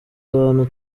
abantu